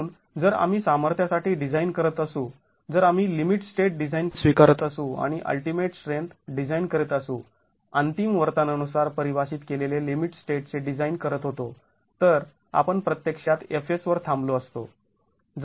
म्हणून जर आम्ही सामर्थ्यासाठी डिझाइन करत असू जर आम्ही लिमिट स्टेट डिझाइन स्वीकारत असू आणि अल्टिमेट स्ट्रेंथ डिझाइन करीत असू अंतिम वर्तनानुसार परिभाषित केलेले लिमिट स्टेट चे डिझाईन करत होतो तर आपण प्रत्यक्षात Fs वर थांबलो असतो